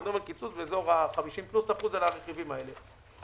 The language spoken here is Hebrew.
אנחנו מדברים על קיצוץ של יותר מ-50% על הרכיבים האלה.